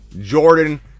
Jordan